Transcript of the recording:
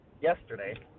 yesterday